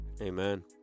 Amen